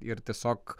ir tiesiog